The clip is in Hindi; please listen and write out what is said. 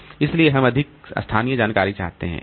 इसलिए हम अधिक स्थानीय जानकारी चाहते हैं